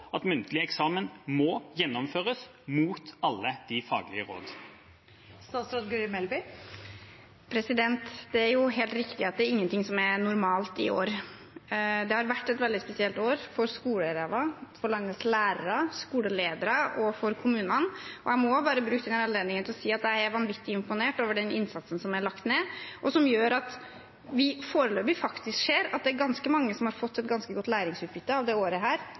at muntlig eksamen må gjennomføres, mot alle de faglige rådene? Det er helt riktig at ingenting er normalt i år. Det har vært et veldig spesielt år for skoleelever, for landets lærere, for skoleledere og for kommunene. Jeg må bare bruke denne anledningen til å si at jeg er vanvittig imponert over den innsatsen som er lagt ned, og som gjør at vi foreløpig ser at det faktisk er ganske mange som har fått et ganske godt læringsutbytte dette året – tross alt. Det